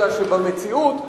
אלא שבמציאות,